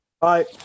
Bye